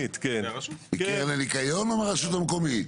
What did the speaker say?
מקרן הניקיון או מהרשות המקומית?